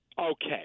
Okay